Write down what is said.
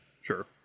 Sure